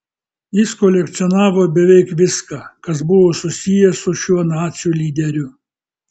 jis kolekcionavo beveik viską kas buvo susiję su šiuo nacių lyderiu